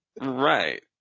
Right